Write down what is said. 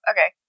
Okay